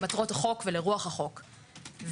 כמי שמייצג את החברים עוד מהסיבוב